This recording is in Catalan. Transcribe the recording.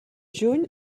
juny